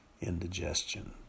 indigestion